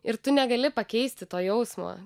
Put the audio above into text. ir tu negali pakeisti to jausmo